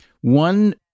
one